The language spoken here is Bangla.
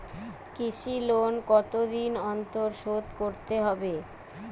কৃষি লোন কতদিন অন্তর শোধ করতে হবে?